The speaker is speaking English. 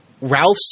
Ralph's